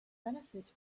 benefit